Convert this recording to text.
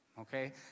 Okay